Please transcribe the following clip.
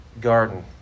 garden